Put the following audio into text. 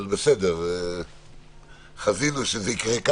אבל בסדר - חזינו שכך זה יקרה.